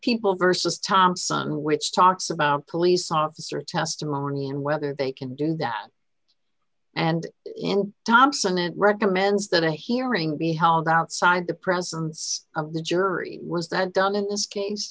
people versus thompson which talks about police officer testimony and whether they can do that and thompson it recommends that a hearing be held outside the presence of the jury was that done in this case